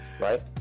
Right